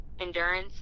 endurance